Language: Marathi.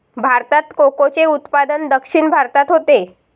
भारतात कोकोचे उत्पादन दक्षिण भारतात होते